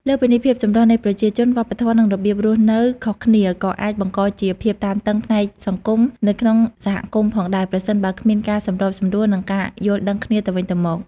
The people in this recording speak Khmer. លើសពីនេះ ភាពចម្រុះនៃប្រជាជន វប្បធម៌ និងរបៀបរស់នៅខុសគ្នា ក៏អាចបង្កជា ភាពតានតឹងផ្នែកសង្គម នៅក្នុងសហគមន៍ផងដែរ ប្រសិនបើគ្មានការសម្របសម្រួល និងការយល់ដឹងគ្នាទៅវិញទៅមក។